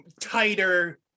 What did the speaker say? tighter